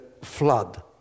flood